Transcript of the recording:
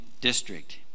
district